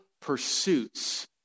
pursuits